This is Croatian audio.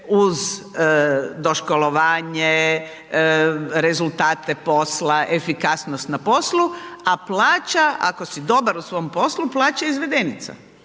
uz doškolovanje, rezultate posla, efikasnost na poslu, a plaća ako si dobar u svom poslu, plaća je izvedenica.